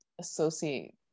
associate